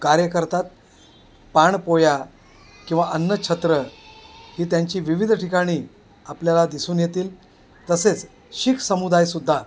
कार्य करतात पाणपोया किंवा अन्नछत्र ही त्यांची विविध ठिकाणी आपल्याला दिसून येतील तसेच शिख समुदायसुद्धा